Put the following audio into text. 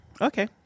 Okay